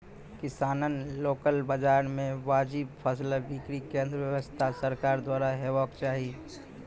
किसानक लोकल बाजार मे वाजिब फसलक बिक्री केन्द्रक व्यवस्था सरकारक द्वारा हेवाक चाही?